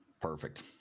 perfect